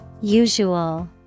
Usual